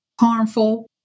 harmful